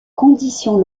conditions